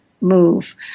move